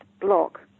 block